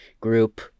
group